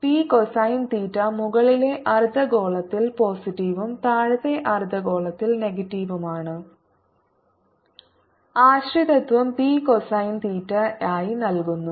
P cosine theta മുകളിലെ അർദ്ധഗോളത്തിൽ പോസിറ്റീവും താഴത്തെ അർദ്ധഗോളത്തിൽ നെഗറ്റീവുമാണ് ആശ്രിതത്വം പി കോസൈൻ തീറ്റയായി നൽകുന്നു